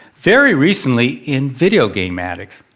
very recently in video game addicts